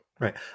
Right